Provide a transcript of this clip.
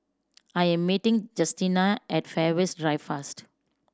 I am meeting Justina at Fairways Drive first